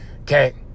Okay